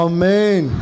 Amen